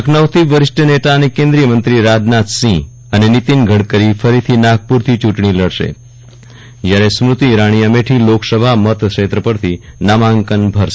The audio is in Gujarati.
લખનઉથી વરિષ્ઠ નેતા અને કેન્દ્રીય મંત્રી રાજનાથસિંહ અને નિતિન ગડકરી ફરીથી નાગપુરથી ચૂંટણી લડશે જ્યારે સ્મૂતિ ઇરાની અમેઠી લોકસભા મતક્ષેત્ર પરથી ભરશે